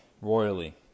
royally